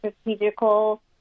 strategical